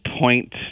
point